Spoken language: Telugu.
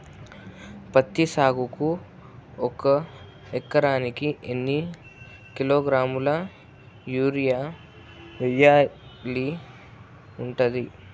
పత్తి సాగుకు ఒక ఎకరానికి ఎన్ని కిలోగ్రాముల యూరియా వెయ్యాల్సి ఉంటది?